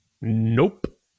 Nope